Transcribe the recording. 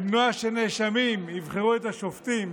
למנוע שנאשמים יבחרו את השופטים,